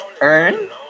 Earn